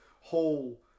whole